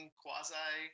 quasi